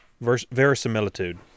Verisimilitude